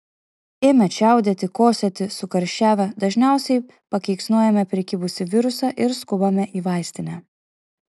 ėmę čiaudėti kosėti sukarščiavę dažniausiai pakeiksnojame prikibusį virusą ir skubame į vaistinę